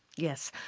yes,